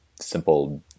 simple